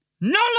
no